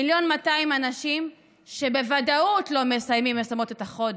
מיליון ו-200 אנשים שבוודאות לא מסיימים או מסיימות את החודש.